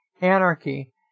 anarchy